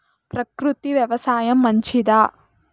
ప్రకృతి వ్యవసాయం మంచిదా?